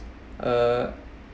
uh